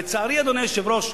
לצערי, אדוני היושב-ראש,